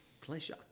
Pleasure